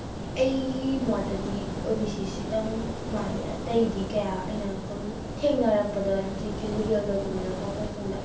ꯑꯩꯒꯤ ꯃꯣꯠꯇꯗꯤ ꯑꯣ ꯕꯤ ꯁꯤꯁꯤꯇꯪ ꯃꯥꯜꯂꯦ ꯑꯇꯩꯗꯤ ꯀꯌꯥ ꯑꯩꯅ ꯁꯨꯝ ꯊꯦꯡꯅꯔꯛꯄꯗ ꯂꯤꯒꯦꯜ ꯗꯣꯀꯨꯃꯦꯟ ꯂꯧꯊꯣꯛꯄꯁꯤꯡꯗ